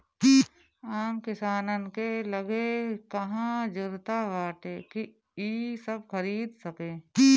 आम किसानन के लगे कहां जुरता बाटे कि इ सब खरीद सके